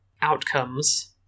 outcomes